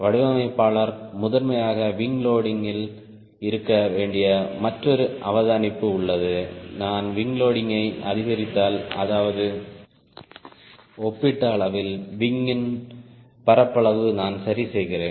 வடிவமைப்பாளர் முதன்மையாக விங் லோடிங்கில் இருக்க வேண்டிய மற்றொரு அவதானிப்பு உள்ளது நான் விங் லோடிங்கை அதிகரித்தால் அதாவது ஒப்பீட்டளவில் விங்யின் பரப்பளவு நான் சரி செய்கிறேன்